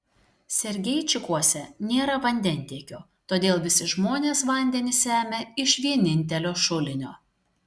sergeičikuose nėra vandentiekio todėl visi žmonės vandenį semia iš vienintelio šulinio